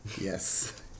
Yes